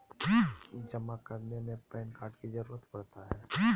जमा करने में पैन कार्ड की जरूरत पड़ता है?